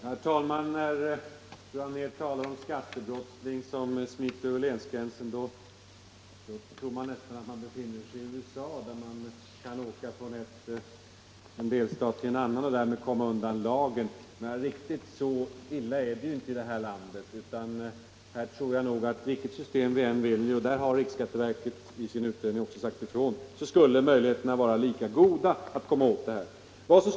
Herr talman! När fru Anér talar om en skattebrottsling som smiter över länsgränsen, tror man nästan att man befinner sig i USA, där det är möjligt att åka från en delstat till en annan och därmed komma undan lagen. Men riktigt så illa är det inte i det här landet. Jag tror att vilket system vi än väljer, såsom också riksskatteverket sagt i sin utredning, skulle möjligheterna vara lika goda att komma åt det här problemet.